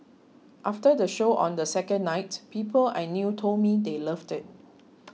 after the show on the second night people I knew told me they loved it